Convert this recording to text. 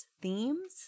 themes